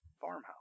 farmhouse